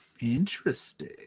Interesting